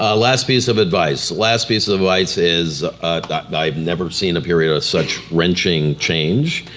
ah last piece of advice, last piece of advice is that i've never seen a period of such wrenching change.